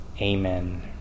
Amen